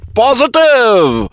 positive